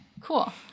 cool